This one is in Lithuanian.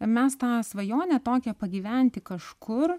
mes tą svajonę tokią pagyventi kažkur